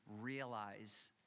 realize